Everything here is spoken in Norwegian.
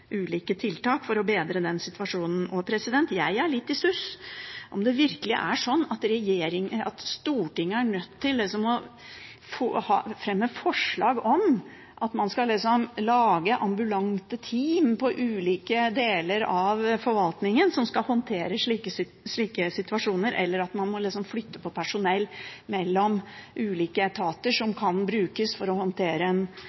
ulike tiltak for å bedre den situasjonen, og jeg er litt i stuss om det virkelig er sånn at Stortinget er nødt til å fremme forslag om at man skal lage ambulante team i ulike deler av forvaltningen som skal håndtere slike situasjoner, eller at man må flytte på personell mellom ulike etater som kan brukes for å håndtere en